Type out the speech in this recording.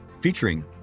featuring